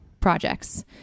projects